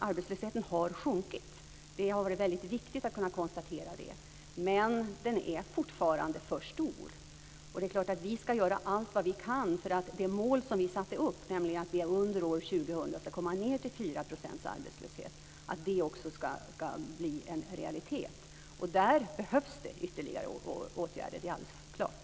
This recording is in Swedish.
Arbetslösheten har sjunkit. Det har varit väldigt viktigt att kunna konstatera det. Men den är fortfarande för stor. Vi ska göra allt vad vi kan för att det mål som vi satt upp, nämligen att vi under 2000 ska komma ned till 4 % arbetslöshet, också ska bli en realitet. Där behövs det alldeles klart ytterligare åtgärder.